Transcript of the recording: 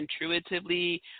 intuitively